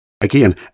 again